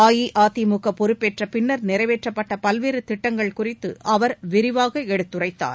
அஇஅதிமுக பொறுப்பேற்ற பின்னர் நிறைவேற்றப்பட்ட பல்வேறு திட்டங்கள் குறித்து அவர் விரிவாக எடுத்துரைத்தார்